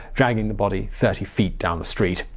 dragging the body thirty feet down the street.